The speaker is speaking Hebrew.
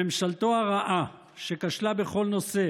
לממשלתו הרעה, שכשלה בכל נושא